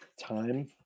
Time